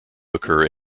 occur